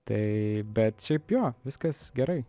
tai bet šiaip jo viskas gerai